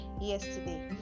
yesterday